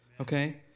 Okay